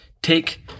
take